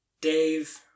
Dave